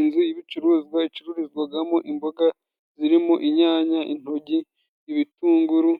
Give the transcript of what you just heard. Inzu y'ibicuruzwa icurururizwagamo imboga zirimo inyanya, intoryi, ibitunguru ,